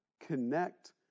connect